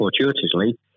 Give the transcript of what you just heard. fortuitously